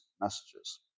messages